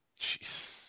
Jeez